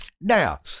Now